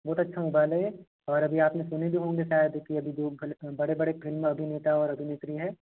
बहुत अच्छा मोबाइल है ये और अभी आपने सुने भी होंगे शायद की अभी जो बड़े बड़े फ़िल्म अभिनेता और अभिनेत्री है